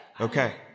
Okay